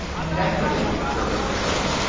naturally, jervis went on,